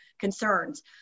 concerns